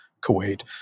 Kuwait